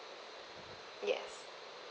yes